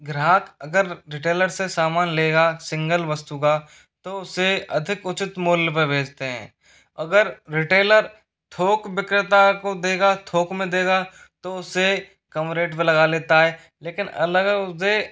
ग्राहक अगर रिटेलर से सामान लेगा सिंगल वस्तु का तो उसे अधिक उचित मूल्य पे बेचते हैं अगर रिटेलर थोक विक्रेता को देगा थोक में देगा तो उससे कम रेट पे लगा लेता है लेकिन अलग उसे